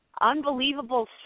unbelievable